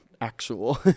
actual